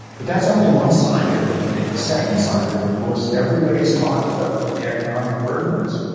but that's only one side of it. i mean, the second side of it, of course, everybody's talked about what the economic burden is.